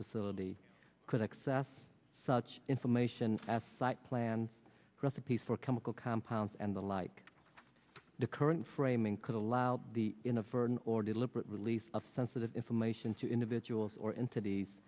facility could access such information at site plan recipes for chemical compounds and the like the current framing could allow the inadvertent or deliberate release of sensitive information to individuals or entities